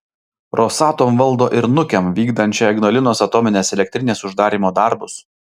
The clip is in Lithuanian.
rosatom valdo ir nukem vykdančią ignalinos atominės elektrinės uždarymo darbus